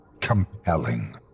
compelling